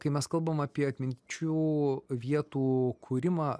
kai mes kalbam apie atminčių vietų kūrimą